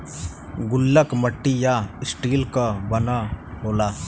गुल्लक मट्टी या स्टील क बना होला